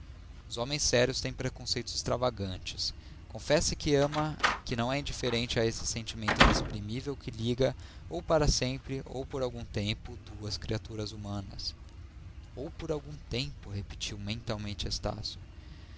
os homens sérios têm preconceitos extravagantes confesse que ama que não é indiferente a esse sentimento inexprimível que liga ou para sempre ou por algum tempo duas criaturas humanas ou por algum tempo repetiu mentalmente estácio